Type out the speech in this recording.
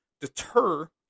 deter